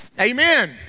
Amen